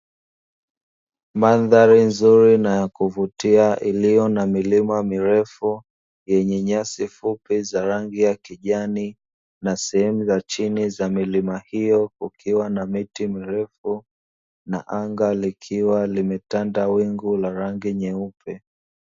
Mandhari nzuri na ya kuvutia iliyo na milima mirefu yenye nyasi fupi za rangi ya kijani, na sehemu za chini za milima hiyo ikiwa na miti mirefu na anga likiwa limetanda wingu la rangi nyeupe.